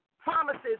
promises